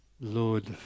Lord